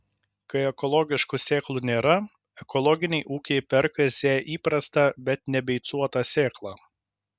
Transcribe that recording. kai ekologiškų sėklų nėra ekologiniai ūkiai perka ir sėja įprastą bet nebeicuotą sėklą